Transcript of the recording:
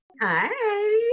Hi